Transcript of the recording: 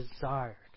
desired